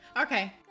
Okay